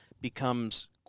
becomes